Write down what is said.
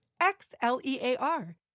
X-L-E-A-R